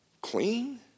Clean